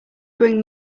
bring